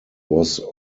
was